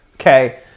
Okay